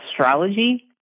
astrology